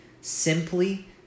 simply